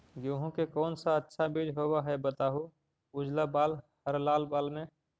गेहूं के कौन सा अच्छा बीज होव है बताहू, उजला बाल हरलाल बाल में?